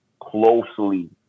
closely